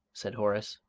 said horace,